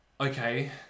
okay